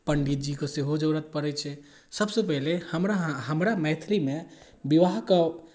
पण्डितजीके सेहो जरूरत पड़ै छै सभसँ पहिले हमरा हमरा मैथिलीमे विवाहके